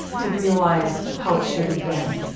to realize how it should have been.